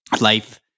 life